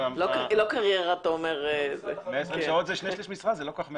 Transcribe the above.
120 שעות זה 2/3 משרה, זה לא כל כך מעט.